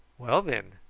well, then,